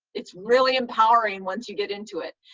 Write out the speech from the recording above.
it's really empowering once you get into it,